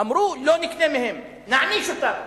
אמרו: לא נקנה מהם, נעניש אותם.